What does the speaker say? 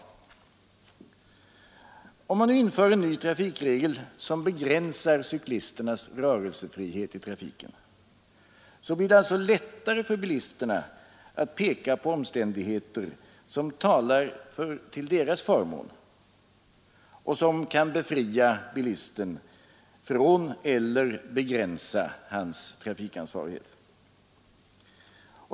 10 maj 1973 Om man nu inför en ny trafikregel som begränsar cyklisternas rörelsefrihet i trafiken, blir det alltså lättare för bilisterna att peka på AN. deskadeståndsomständigheter som talar till deras förmån och som kan befria dem från rättsliga följderna eller begränsa deras trafikansvarighet.